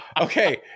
Okay